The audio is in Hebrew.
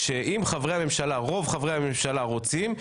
שאם רוב חברי הממשלה רוצים,